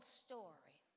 story